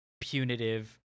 punitive